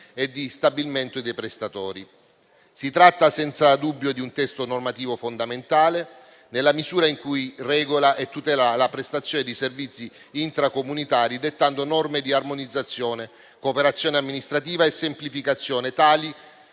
e di stabilimento dei prestatori. Si tratta senza dubbio di un testo normativo fondamentale nella misura in cui regola e tutela la prestazione di servizi intracomunitari, dettando norme di armonizzazione, cooperazione amministrativa e semplificazione tali